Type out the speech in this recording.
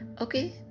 Okay